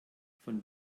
von